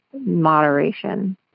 moderation